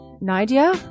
Nadia